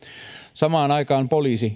samaan aikaan poliisi